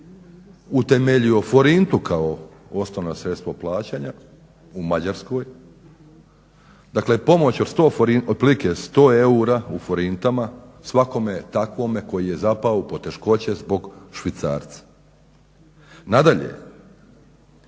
utemeljio forintu kao osnovno sredstvo plaćanja u Mađarskoj, dakle pomoć od otprilike 100 eura u forintama svakome takvome koji je zapao u poteškoće zbog švicarca. Nadalje,